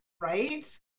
Right